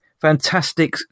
fantastic